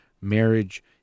marriage